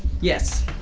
Yes